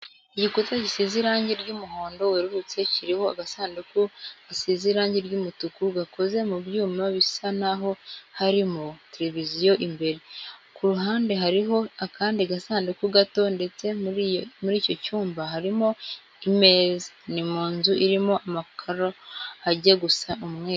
Igikuta gisize irange ry'umuhondo werurutse kiriho agasanduku gasize irange ry'umutuku gakoze mu byuma bisa n'aho harimo tereviziyo imbere, ku ruhande hariho akandi gasanduku gato ndetse muri icyo cyumba harimo imeza. Ni mu nzu irimo amakaro ajya gusa umweru.